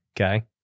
Okay